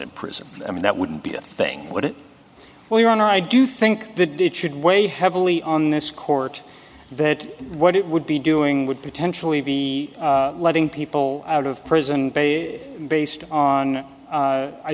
in prison i mean that wouldn't be a thing would it well your honor i do think that did should weigh heavily on this court that what it would be doing would potentially be letting people out of prison based on